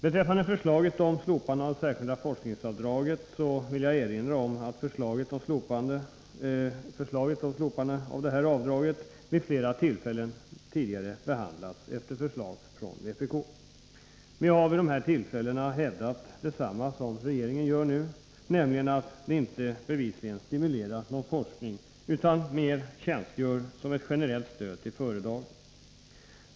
Beträffande förslaget om slopande av det särskilda forskningsavdraget vill jag erinra om att förslag om slopande av detta avdrag tidigare vid flera tillfällen behandlats efter förslag från vpk. Vi har då hävdat detsamma som regeringen gör nu, nämligen att avdraget inte bevisligen stimulerar någon forskning utan mer tjänstgör som ett generellt stöd till företagen.